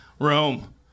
Rome